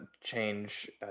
change